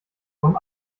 vom